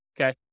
okay